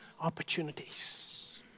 opportunities